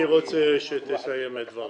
אני רוצה שתסיים את דבריה,